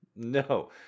No